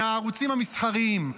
מהערוצים המסחריים,